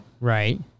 Right